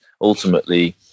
ultimately